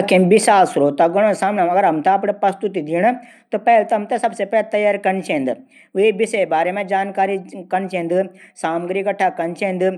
विशाल श्रोतागणों का समणी पस्तुति दीणू कू। सबसे पैली हमथै अप फर विश्वास रखण चैंद। फिर भगवान जी नाम लेकी गहरी सांस लीण चैंद। और अपडी तैयारी पूरी कैकी जाण चैंद। जै